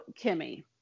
Kimmy